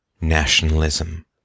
nationalism